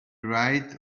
right